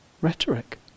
rhetoric